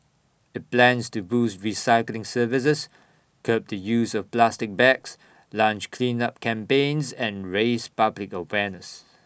IT plans to boost recycling services curb the use of plastic bags launch cleanup campaigns and raise public awareness